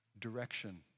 direction